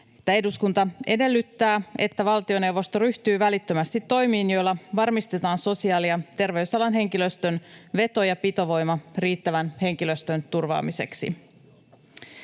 ”Eduskunta edellyttää, että valtioneuvosto ryhtyy välittömästi toimiin, joilla varmistetaan sosiaali- ja terveysalan henkilöstön veto- ja pitovoima riittävän henkilöstön turvaamiseksi.”